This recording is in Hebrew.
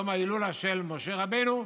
יום ההילולה של משה רבנו,